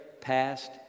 past